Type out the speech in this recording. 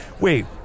Wait